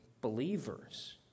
believers